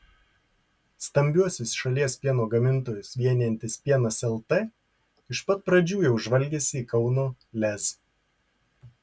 stambiuosius šalies pieno gamintojus vienijantis pienas lt iš pat pradžių jau žvalgėsi į kauno lez